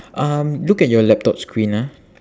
um look at your laptop screen ah